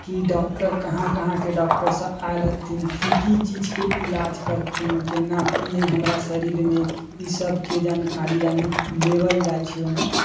कि डॉक्टर कहाँ कहाँके डॉक्टरसभ आयल हथिन की की चीजके इलाज करथिन केना की हइ हमरा शरीरमे ईसभके जानकारी यानि लेबल जाइत छै ओहिमे